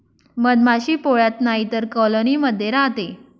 मधमाशी पोळ्यात नाहीतर कॉलोनी मध्ये राहते